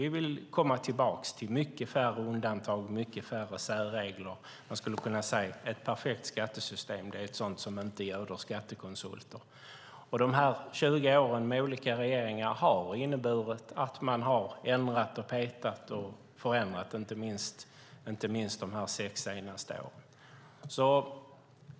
Vi vill komma tillbaka till att ha mycket färre undantag och mycket färre särregler. Man skulle kunna säga att ett perfekt skattesystem är ett sådant som inte göder skattekonsulter. De här 20 åren med olika regeringar har inneburit att man har petat och ändrat, inte minst de här sex senaste åren.